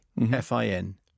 F-I-N